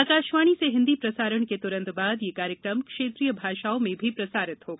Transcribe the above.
आकाशवाणी से हिन्दी प्रसारण के त्रंत बाद यह कार्यक्रम क्षेत्रीय भाषाओं में भी प्रसारित होगा